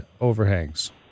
overhangs